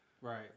Right